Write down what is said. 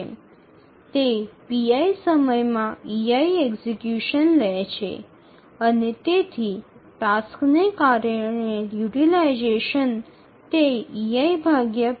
এটি pi সময়কাল ধরে ei সম্পাদন করে এবং কার্যের কারণে এটি ব্যবহার করে